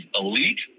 elite